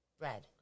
red